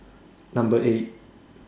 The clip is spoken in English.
Number eight